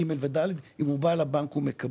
ג' ו-ד' היה בא לבנק ומקבל.